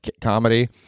comedy